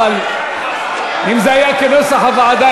אבל אם זה היה כנוסח הוועדה,